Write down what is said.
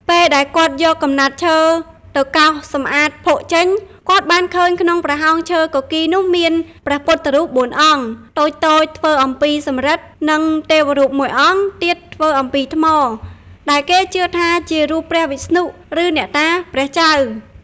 ពេលដែលគាត់យកកំណាត់ឈើទៅកោសសំអាតភក់ចេញ គាត់បានឃើញក្នុងប្រហោងឈើគគីរនោះមាន ព្រះពុទ្ធរូប ៤ អង្គ តូចៗធ្វើអំពីសំរឹទ្ធិ និង ទេវរូបមួយអង្គ ទៀតធ្វើអំពីថ្ម ដែលគេជឿថាជារូបព្រះវិស្ណុ ឬអ្នកតាព្រះចៅ។